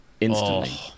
instantly